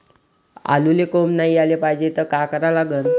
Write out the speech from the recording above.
आलूले कोंब नाई याले पायजे त का करा लागन?